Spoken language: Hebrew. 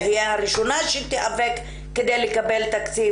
אהיה הראשונה שתיאבק כדי לקבל תקציב.